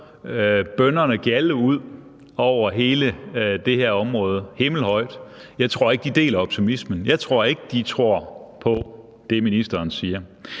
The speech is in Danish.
bønnerne gjalde ud over hele det her område, himmelhøjt, deler optimismen. Jeg tror ikke, de tror på det, ministeren siger.